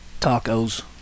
tacos